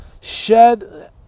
shed